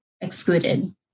excluded